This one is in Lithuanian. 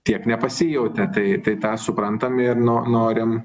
tiek nepasijautė tai tą suprantame ir nuo norim